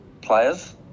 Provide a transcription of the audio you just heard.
players